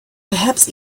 perhaps